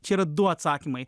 čia yra du atsakymai